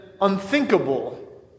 unthinkable